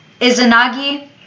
Izanagi